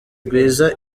rwiza